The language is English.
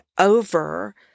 over